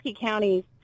County